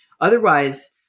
otherwise